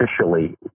officially